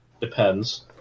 Depends